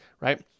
right